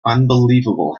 unbelievable